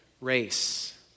race